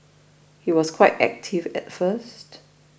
he was quite active at first